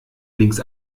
links